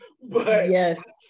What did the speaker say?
Yes